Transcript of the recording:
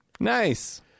Nice